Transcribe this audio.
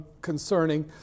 concerning